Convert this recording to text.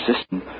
system